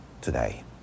today